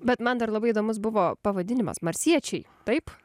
bet man dar labai įdomus buvo pavadinimas marsiečiai taip